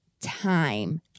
time